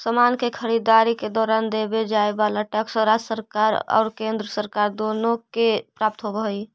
समान के खरीददारी के दौरान देवे जाए वाला टैक्स राज्य सरकार और केंद्र सरकार दोनो के प्राप्त होवऽ हई